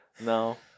no